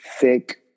thick